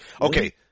okay